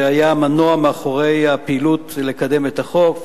שהיה המנוע מאחורי הפעילות של קידום הצעת החוק,